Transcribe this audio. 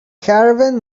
caravan